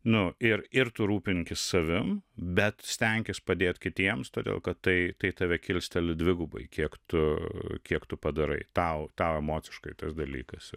nu ir ir tu rūpinkis savim bet stenkis padėt kitiems todėl kad tai tave kilsteli dvigubai kiek tu kiek tu padarai tau emociškai tas dalykas